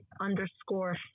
underscore